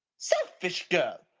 selfish girl!